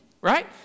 right